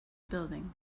building